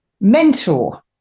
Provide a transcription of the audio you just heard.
mentor